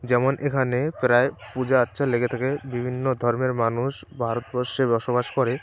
যেমন এখানে প্রায় পূজা আর্চা লেগে থাকে বিভিন্ন ধর্মের মানুষ ভারতবর্ষে বসবাস করে